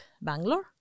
Bangalore